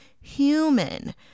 human